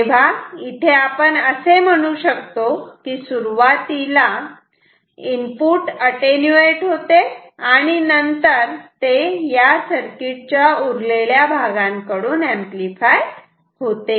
तर इथे आपण असे म्हणू शकतो की सुरुवातीला इनपुट अटेन्यूएट होते आणि नंतर ते या सर्किट च्या उरलेल्या भागाकडून एंपलीफाय होते